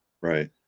right